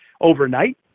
overnight